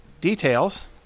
Details